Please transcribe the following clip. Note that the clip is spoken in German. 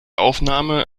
aufnahme